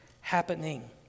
happening